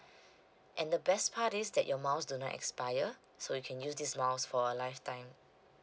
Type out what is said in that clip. and the best part is that your miles do not expire so you can use this miles for a lifetime